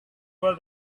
was